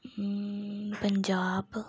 Punjab